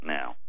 now